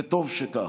וטוב שכך.